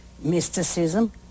mysticism